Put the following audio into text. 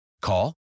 Call